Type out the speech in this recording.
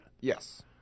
Yes